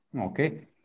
Okay